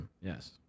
yes